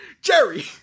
Jerry